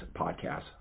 podcast